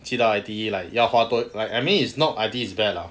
去到 I_T_E 要花多 I mean like is not I_T_E is bad lah